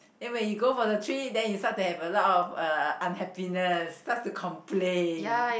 and when you go for the trip then you start to have a lot of uh unhappiness start to complain